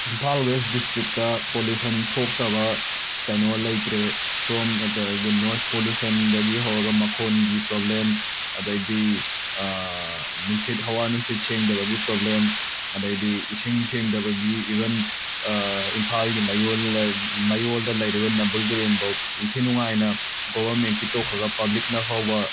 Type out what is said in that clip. Imphal west district pollution ꯊꯣꯛꯇꯕ ꯀꯩꯅꯣ ꯂꯩꯇ꯭ꯔꯦ ꯐ꯭ꯔꯣꯝ ꯅꯣꯏꯁ ꯄꯣꯂꯨꯁꯟꯗꯒꯤ ꯍꯧꯔꯒ ꯃꯈꯣꯟꯒꯤ ꯄ꯭ꯔꯣꯕ꯭ꯂꯦꯝ ꯑꯗꯩꯗꯤ ꯅꯨꯡꯁꯤꯠ ꯍꯋꯥ ꯅꯨꯡꯁꯤꯠ ꯁꯦꯡꯗꯕꯒꯤ ꯄ꯭ꯔꯣꯕ꯭ꯂꯦꯝ ꯑꯗꯩꯗꯤ ꯏꯁꯦꯡ ꯁꯦꯡꯗꯕꯒꯤ ꯏꯕꯟ ꯏꯝꯐꯥꯜꯒꯤ ꯃꯌꯣꯜꯂ ꯃꯌꯣꯜꯗ ꯂꯩꯔꯤꯕ ꯅꯝꯕꯨꯜ ꯇꯨꯔꯦꯟꯐꯧ ꯏꯟꯊꯤ ꯅꯨꯡꯉꯥꯏꯅ ꯒꯣꯕꯔꯃꯦꯟꯠꯀꯤ ꯇꯣꯛꯈ꯭ꯔꯒ ꯄꯕ꯭ꯂꯤꯛꯅ ꯐꯧꯕ